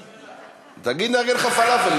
תגיד, נארגן לך פלאפל.